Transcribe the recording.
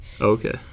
okay